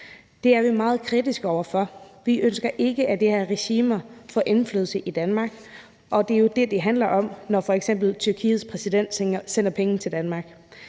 Det er vi meget kritiske over for. Vi ønsker ikke, at de her regimer får indflydelse i Danmark, og det er jo det, det handler om, når f.eks. Tyrkiets præsident sender penge til Danmark.